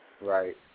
Right